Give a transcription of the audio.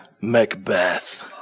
Macbeth